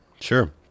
Sure